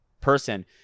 person